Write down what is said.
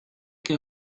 que